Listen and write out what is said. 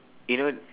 you know